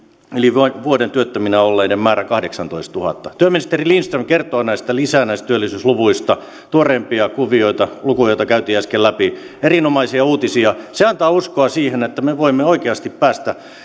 yli vuoden työttöminä olleiden määrä kahdeksantoistatuhatta työministeri lindström kertoo näistä työllisyysluvuista lisää tuoreimpia kuvioita lukuja joita käytiin äsken läpi erinomaisia uutisia se antaa uskoa siihen että me voimme oikeasti päästä